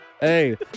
Hey